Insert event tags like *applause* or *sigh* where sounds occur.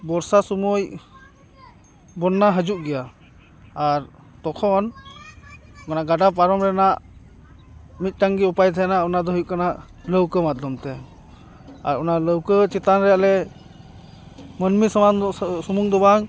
ᱵᱚᱨᱥᱟ ᱥᱩᱢᱳᱭ ᱵᱚᱱᱱᱟ ᱦᱟᱡᱩᱜ ᱜᱮᱭᱟ ᱟᱨ ᱛᱚᱠᱷᱚᱱ ᱢᱟᱱᱮ ᱜᱟᱰᱟ ᱯᱟᱨᱚᱢ ᱨᱮᱱᱟᱜ ᱢᱤᱫᱴᱟᱝ ᱜᱮ ᱩᱯᱟᱭ ᱛᱮᱦᱮᱱᱟ ᱚᱱᱟ ᱫᱚ ᱦᱩᱭᱩᱜ ᱠᱟᱱᱟ ᱞᱟᱹᱣᱠᱟᱹ ᱢᱟᱫᱽᱫᱷᱚᱢ ᱛᱮ ᱟᱨ ᱚᱱᱟ ᱞᱟᱹᱣᱠᱟᱹ ᱪᱮᱛᱟᱱ ᱨᱮ ᱟᱞᱮ ᱢᱟᱹᱱᱢᱤ ᱥᱚᱢᱟᱱ *unintelligible* ᱥᱩᱢᱩᱝ ᱫᱚ ᱵᱟᱝ